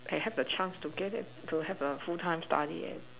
I have a chance to get it to have a full time study at